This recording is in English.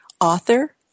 author